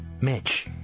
Mitch